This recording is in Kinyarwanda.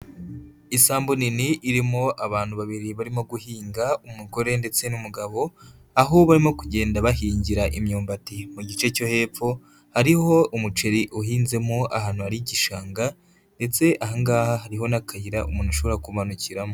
Isambu nini, irimo abantu babiri barimo guhinga, umugore ndetse n'umugabo, aho barimo kugenda bahingira imyumbati mu gice cyo hepfo, hariho umuceri uhinzemo ahantu hari igishanga, ndetse aha ngaha hariho n'akayira umuntu ashobora kumanukiramo.